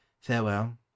farewell